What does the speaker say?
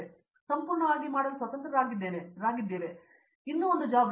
ಹಾಗಾದರೆ ನೀವು ಸಂಪೂರ್ಣವಾಗಿ ಮಾಡಲು ಸ್ವತಂತ್ರರಾಗಿದ್ದೀರಿ ಆದರೆ ಇದು ಇನ್ನೂ ಒಂದು ಜವಾಬ್ದಾರಿ